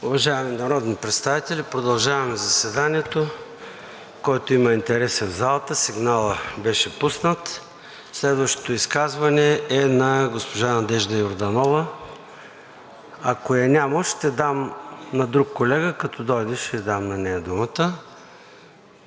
Уважаеми народни представители, продължаваме заседанието. Който има интереси в залата, сигналът беше пуснат. Следващото изказване е на госпожа Надежда Йорданова. Ако я няма, ще дам на друг колега, като дойде, ще ѝ дам на нея думата.